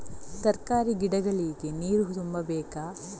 ತರಕಾರಿ ಗಿಡಗಳಿಗೆ ನೀರು ತುಂಬಬೇಕಾ?